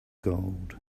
gold